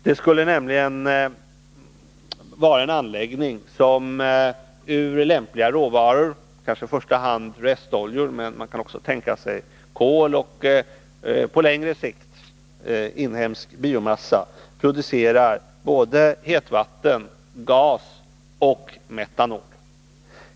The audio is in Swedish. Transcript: Det skulle nämligen vara en anläggning som ur lämpliga råvaror — kanske i första hand restoljor, men man kan också tänka sig kol och, på längre sikt, inhemsk biomassa — producera både hetvatten, gas och metanol.